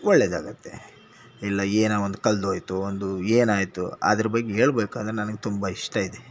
ಒಳ್ಳೆಯದಾಗತ್ತೆ ಇಲ್ಲ ಏನು ಒಂದು ಕಳ್ದೊಯ್ತು ಒಂದು ಏನಾಯಿತು ಅದರ ಬಗ್ಗೆ ಹೇಳಬೇಕಾದ್ರೆ ನನ್ಗೆ ತುಂಬ ಇಷ್ಟವಿದೆ